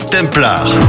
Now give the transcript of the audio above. Templar